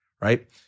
right